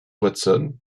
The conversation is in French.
watson